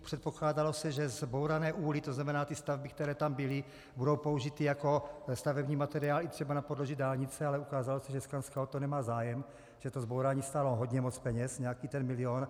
Předpokládalo se, že zbourané úly, to znamená ty stavby, které tam byly, budou použity jako stavební materiál třeba i na podloží dálnice, ale ukázalo se, že Skanska o to nemá zájem, že to zbourání stálo hodně moc peněz, nějaký ten milion.